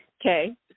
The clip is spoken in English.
Okay